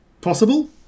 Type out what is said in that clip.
possible